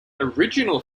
original